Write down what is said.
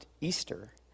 Easter